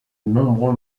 nombreux